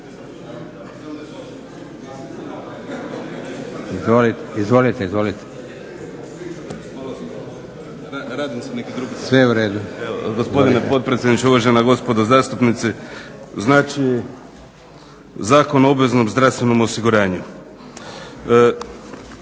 Izvolite, izvolite. **Kajin, Damir (IDS)** Evo gospodine potpredsjedniče, uvažena gospodo zastupnici. Znači Zakon o obveznom zdravstvenom osiguranju,